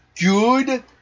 good